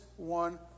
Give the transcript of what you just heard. one